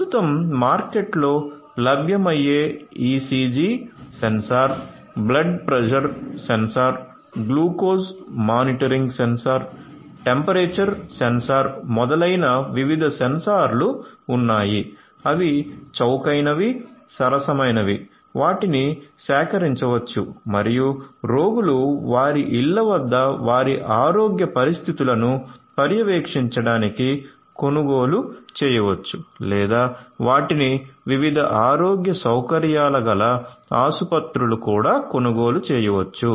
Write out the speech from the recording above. ప్రస్తుతం మార్కెట్లో లభ్యమయ్యే ECG sensor blood pressure sensor glucose monitoring sensor temperature sensor మొదలైన వివిధ సెన్సార్లు ఉన్నాయి అవి చౌకైనవి సరసమైనవి వాటిని సేకరించవచ్చు మరియు రోగులు వారి ఇళ్ళ వద్ద వారి ఆరోగ్య పరిస్థితులను పర్యవేక్షించడానికి కొనుగోలు చేయవచ్చు లేదా వాటిని వివిధ ఆరోగ్య సౌకర్యాల గల ఆసుపత్రులు కూడా కొనుగోలు చేయవచ్చు